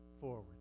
forward